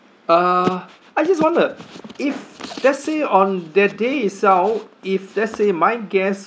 uh I just wonder if let's say on that day itself if let's say my guest